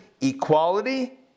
equality